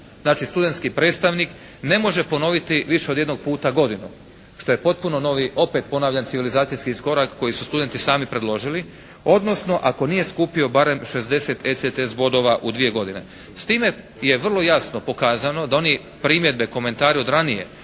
znači studentski predstavnik ne može ponoviti više od jednog puta godinu što je potpuno novi, opet ponavljam civilizacijski iskorak koji su studenti sami predložili, odnosno ako nije skupio barem 60 ECTS bodova u 2 godine. S time je vrlo jasno pokazano da oni primjedbe, komentari od ranije